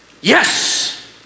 Yes